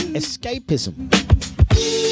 escapism